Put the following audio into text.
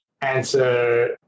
answer